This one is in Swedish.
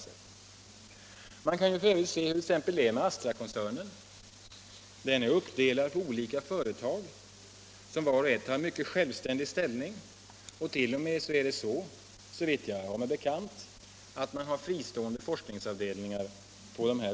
Man kan f.ö. se hurt.ex. Astra-koncernen är organiserad. Den är uppdelad på olika företag, som vart och ett har en mycket självständig ställning. De olika företagen inom själva koncernen har t.o.m. såvitt jag har mig bekant fristående forskningsavdelningar.